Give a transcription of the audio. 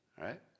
right